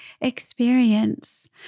experience